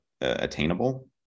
attainable